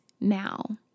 now